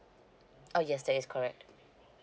uh yes that is correct